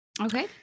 Okay